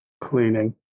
Cleaning